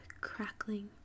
crackling